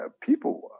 people